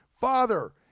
Father